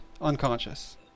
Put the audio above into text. unconscious